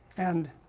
and